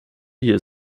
hier